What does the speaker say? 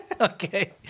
Okay